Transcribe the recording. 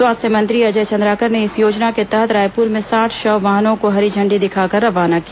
स्वास्थ्य मंत्री अजय चंद्राकर ने इस योजना के तहत रायपुर में साठ शव वाहनों को हरी झंडी दिखाकर रवाना किया